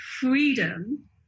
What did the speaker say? freedom